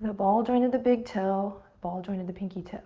the ball joint of the big toe, ball joint of the pinky toe.